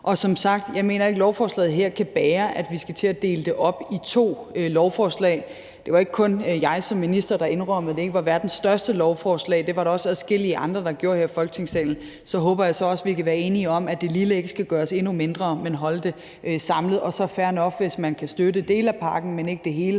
Som sagt mener jeg ikke, at lovforslaget her kan bære, at vi skal til at dele det op i to lovforslag. Det var ikke kun mig som minister, der indrømmede, at det ikke var verdens største lovforslag; det var der også adskillige andre her i Folketingssalen der gjorde. Så håber jeg også, at vi kan være enige om, at det lille forslag ikke skal gøres endnu mindre, men at vi skal holde det samlet. Det er fair nok, hvis man kan støtte dele af pakken, men ikke det hele,